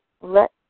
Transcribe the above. Let